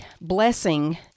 blessing